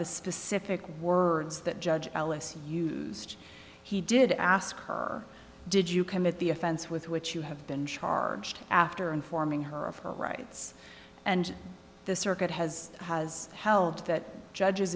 the specific words that judge ellis used he did ask her did you commit the offense with which you have been charged after informing her of her rights and the circuit has has held that judges